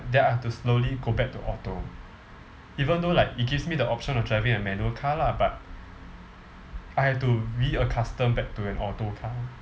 then I have to slowly go back to auto even though like it gives me the option of driving a manual car lah but I have to reaccustom back to an auto car